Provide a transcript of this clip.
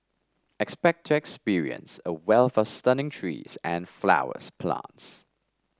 expect to experience a wealth of stunning trees and flowers plants